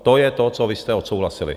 To je to, co vy jste odsouhlasili.